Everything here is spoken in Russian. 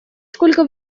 сколько